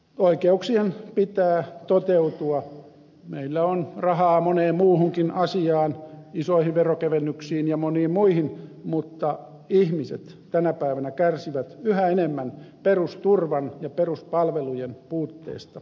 oikeuksien pitää toteutua meillä on rahaa moneen muuhunkin asiaan isoihin veronkevennyksiin ja moniin muihin mutta ihmiset tänä päivänä kärsivät yhä enemmän perusturvan ja peruspalvelujen puutteesta